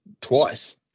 Twice